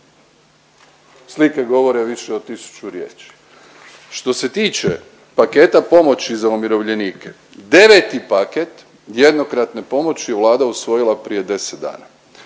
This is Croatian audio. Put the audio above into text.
Slike govore više od tisuću riječi. Što se tiče paketa pomoći za umirovljenike, 9. paket jednokratne pomoći Vlada je usvojila prije 10 dana,